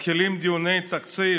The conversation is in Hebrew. מתחילים דיוני תקציב,